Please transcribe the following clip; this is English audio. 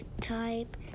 type